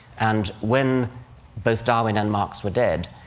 and when both darwin and marx were dead,